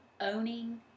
owning